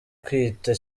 kwita